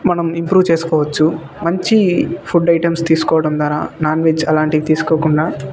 మనం ఇంప్రూవ్ చేసుకోవచ్చు మంచి ఫుడ్ ఐటమ్స్ తీసుకోవడం ద్వారా నాన్ వెజ్ అలాంటివి తీసుకోకుండా